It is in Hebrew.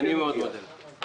אני מודה מאוד.